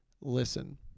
listen